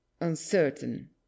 uncertain